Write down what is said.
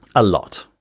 a lot,